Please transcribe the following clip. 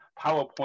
PowerPoint